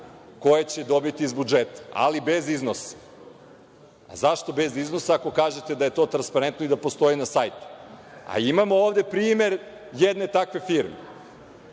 koje će dobiti iz budžeta, ali bez iznosa. A zašto bez iznosa, ako kažete da je to transparentno i da postoji na sajtu? A imamo ovde primer jedne takve firme